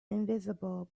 invisible